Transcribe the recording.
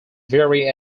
very